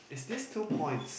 is this two points